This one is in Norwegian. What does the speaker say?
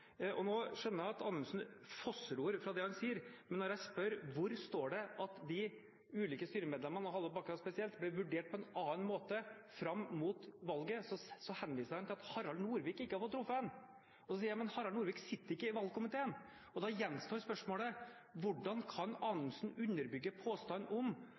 benkeforslag. Nå skjønner jeg at Anundsen fossror fra det han sier. Jeg spør: Hvor står det at de ulike styremedlemmene, Hallvard Bakke spesielt, ble vurdert på en annen måte fram mot valget? Da henviser man til at Harald Norvik ikke hadde fått treffe ham. Men Harald Norvik sitter ikke i valgkomiteen. Da gjenstår spørsmålet: Hvordan kan Anundsen underbygge påstanden om